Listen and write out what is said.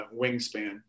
wingspan